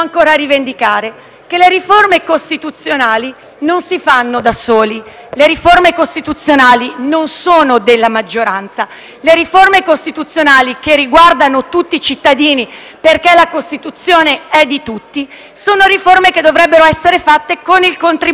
che le riforme costituzionali non si fanno da soli, che le riforme costituzionali non sono della maggioranza; le riforme costituzionali, che riguardano tutti i cittadini (perché la Costituzione è di tutti) dovrebbero essere fatte con il contributo di tutti,